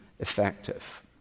effective